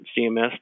CMS